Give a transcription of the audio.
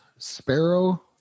sparrow